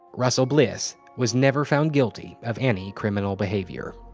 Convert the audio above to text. russell bliss was never found guilty of any criminal behavior.